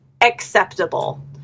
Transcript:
acceptable